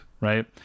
right